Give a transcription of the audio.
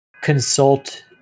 Consult